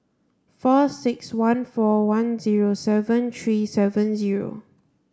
four six one four one zero seven three seven zero